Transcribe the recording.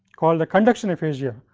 called the conduction aphasia,